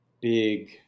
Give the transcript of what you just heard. big